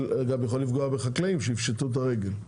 זה גם יכול לפגוע בחקלאים שיפשטו את הרגל.